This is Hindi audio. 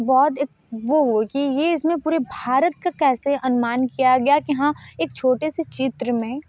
बहुत एक वह हुई कि यह इसमें पूरे भारत का कैसे अनुमान किया गया कि हाँ एक छोटे से चित्र में